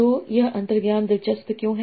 तो यह अंतर्ज्ञान दिलचस्प क्यों है